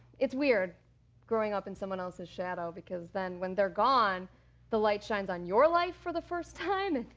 it's weird growing up in someone else's shadow because then when they're gone the light shines on your life for the first time,